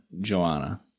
Joanna